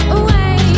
away